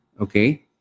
Okay